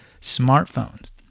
smartphones